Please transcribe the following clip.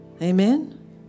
Amen